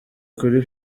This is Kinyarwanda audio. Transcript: kuri